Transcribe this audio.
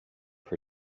her